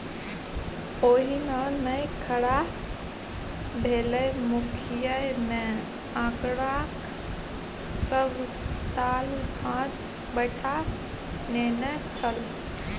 ओहिना नै खड़ा भेलै मुखिय मे आंकड़ाक सभ ताल भांज बैठा नेने छल